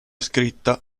scritta